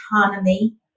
autonomy